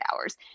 hours